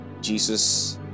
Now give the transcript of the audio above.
Jesus